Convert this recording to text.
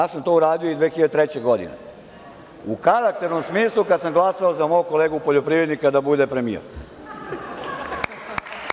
To sam uradio i 2003. godine, u karakternom smislu, kada sam glasao za mog kolegu poljoprivrednika da bude premijer.